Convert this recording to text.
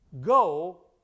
Go